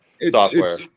software